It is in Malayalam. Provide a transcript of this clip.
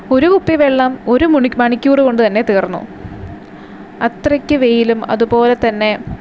ഒരു കുപ്പി വെള്ളം ഒരു മണിക്കൂർ കൊണ്ട് തന്നെ തീർന്നു അത്രയ്ക്ക് വെയിലും അതുപോലെ തന്നെ